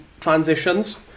transitions